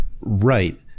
Right